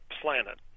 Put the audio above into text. planet